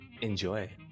Enjoy